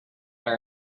our